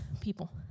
people